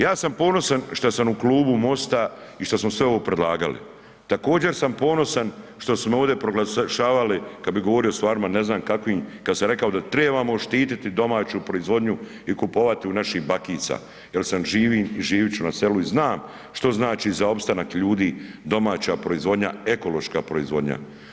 Ja sam ponosan šta sam u Klubu MOST-a i što smo sve ovo predlagali, također sam ponosan što su me ovdje proglašavali kad bi govorio o stvarima ne znam kakvim, kad sam rekao da trebamo štititi domaću proizvodnju i kupovati u naših bakica jer sam živim i živit ću na selu i znam što znači za opstanak ljudi domaća proizvodnja, ekološka proizvodnja.